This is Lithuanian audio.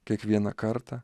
kiekvieną kartą